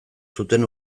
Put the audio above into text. zuten